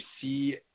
see